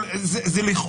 אני לא יודע